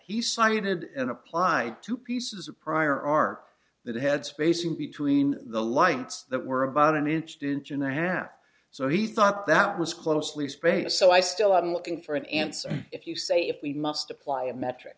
he cited and applied to pieces of prior art that had spacing between the lights that were about an inch to inch and the half so he thought that was closely spaced so i still am looking for an answer if you say if we must apply a metric